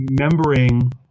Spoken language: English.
Remembering